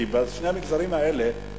כי בשני המגזרים האלה,